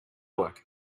work